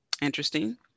Interesting